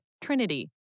Trinity